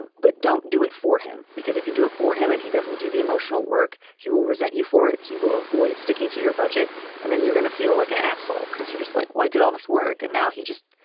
and but don't do it for him, because if you do it for him and he doesn't do the emotional work, he will resent you for it. he will avoid sticking to your budget and then you're going to feel like an asshole because you're just like, why did all this work? and now he just,